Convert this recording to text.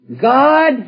God